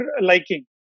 liking